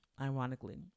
ironically